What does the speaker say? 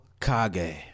Kage